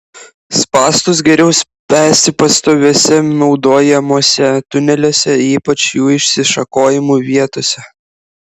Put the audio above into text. spąstus geriau spęsti pastoviuose naudojamuose tuneliuose ypač jų išsišakojimų vietose